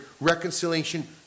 reconciliation